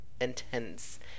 intense